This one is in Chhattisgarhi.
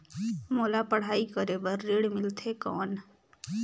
मोला पढ़ाई करे बर ऋण मिलथे कौन?